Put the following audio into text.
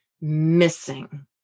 missing